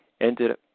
ended